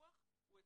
ולפקח זה באחריותנו.